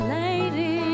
lady